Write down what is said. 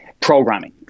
programming